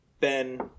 ben